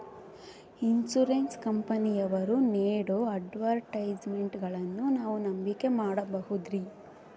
Insurance ಕಂಪನಿಯವರು ನೇಡೋ ಅಡ್ವರ್ಟೈಸ್ಮೆಂಟ್ಗಳನ್ನು ನಾವು ನಂಬಿಕೆ ಮಾಡಬಹುದ್ರಿ?